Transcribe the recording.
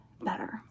better